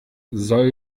soll